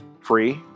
free